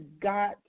got